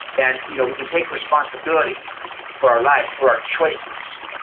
and you know we can take responsibility for our lives, for our choices.